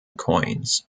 coins